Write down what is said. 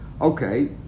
Okay